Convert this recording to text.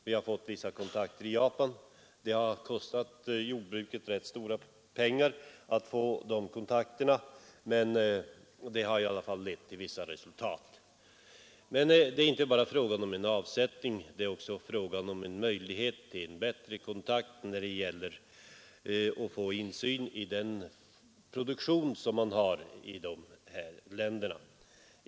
Vi har fått vissa kontakter i Japan; det har kostat jordbruket rätt stora pengar men det har lett till vissa resultat. Det är emellertid inte bara fråga om en avsättning, det är också fråga om möjligheter att få bättre kontakter för att få insyn i den produktion som finns i dessa länder.